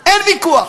אין ויכוח.